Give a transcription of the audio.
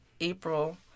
april